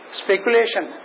speculation